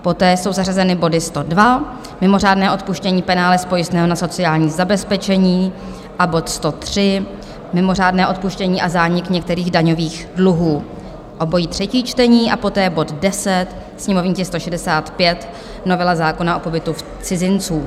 Poté jsou zařazeny body 102, mimořádné odpuštění penále z pojistného na sociální zabezpečení, a bod 103, mimořádné odpuštění a zánik některých daňových dluhů, obojí třetí čtení; poté bod 10, sněmovní tisk 165, novela zákona o pobytu cizinců.